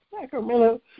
Sacramento